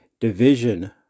division